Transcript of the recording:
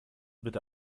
bitte